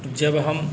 जब हम